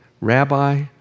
Rabbi